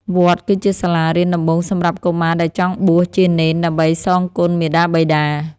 វត្តគឺជាសាលារៀនដំបូងសម្រាប់កុមារដែលចង់បួសជានេនដើម្បីសងគុណមាតាបិតា។